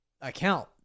account